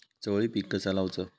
चवळी पीक कसा लावचा?